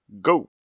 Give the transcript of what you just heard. go